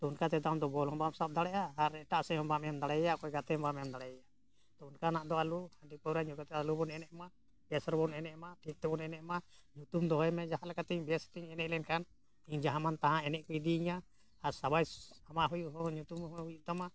ᱛᱚ ᱚᱱᱠᱟᱛᱮᱫᱚ ᱟᱢ ᱫᱚ ᱵᱚᱞ ᱦᱚᱸ ᱵᱟᱢ ᱥᱟᱵ ᱫᱟᱲᱮᱭᱟᱜᱼᱟ ᱟᱨ ᱮᱴᱟᱜ ᱥᱮᱫ ᱦᱚᱸ ᱵᱟᱢ ᱮᱢ ᱫᱟᱲᱮᱭᱟᱭᱟ ᱚᱠᱚᱭ ᱜᱟᱛᱮᱢ ᱦᱚᱸ ᱵᱟᱢ ᱮᱢ ᱫᱟᱲᱮᱭᱟᱭᱟ ᱛᱚ ᱚᱱᱠᱟᱱᱟᱜ ᱫᱚ ᱟᱞᱚ ᱦᱟᱺᱰᱤ ᱯᱟᱹᱣᱨᱟᱹ ᱧᱩ ᱠᱟᱛᱮ ᱟᱞᱚ ᱵᱚᱱ ᱮᱱᱮᱡ ᱢᱟ ᱵᱮᱥ ᱨᱮᱵᱚᱱ ᱮᱱᱮᱡ ᱢᱟ ᱴᱷᱤᱠ ᱛᱮᱵᱚᱱ ᱮᱱᱮᱡ ᱢᱟ ᱧᱩᱛᱩᱢ ᱫᱚᱦᱚᱭ ᱢᱮ ᱡᱟᱦᱟᱸ ᱞᱮᱠᱟᱛᱮᱧ ᱵᱮᱥ ᱛᱤᱧ ᱮᱱᱮᱡ ᱞᱮᱱᱠᱷᱟᱱ ᱤᱧ ᱡᱟᱦᱟᱸ ᱢᱟᱱ ᱛᱟᱦᱟᱸ ᱮᱱᱮᱡ ᱠᱚ ᱤᱫᱤᱭᱤᱧᱟᱹ ᱟᱨ ᱥᱟᱵᱟᱭ ᱟᱢᱟᱜ ᱦᱩᱭᱩᱜ ᱦᱚᱸ ᱧᱩᱛᱩᱢ ᱦᱚᱸ ᱦᱩᱭᱩᱜ ᱛᱟᱢᱟ